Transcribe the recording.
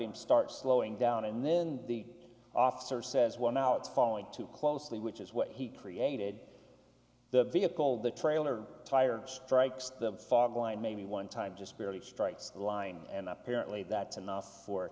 him start slowing down and then the officer says well now it's following too closely which is what he created the vehicle the trailer tire strikes the fog line maybe one time just barely strikes the line and apparently that's enough for a